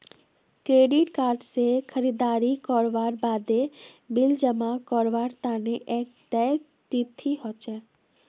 credit card स खरीददारी करवार बादे बिल जमा करवार तना एक देय तिथि ह छेक